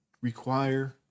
require